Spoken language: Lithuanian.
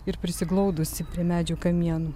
ir prisiglaudusi prie medžių kamienų